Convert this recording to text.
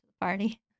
party